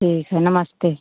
ठीक है नमस्ते